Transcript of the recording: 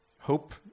hope